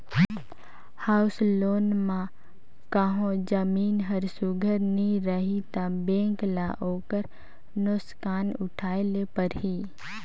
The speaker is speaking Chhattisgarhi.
हाउस लोन म कहों जमीन हर सुग्घर नी रही ता बेंक ल ओकर नोसकान उठाए ले परही